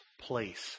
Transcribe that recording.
place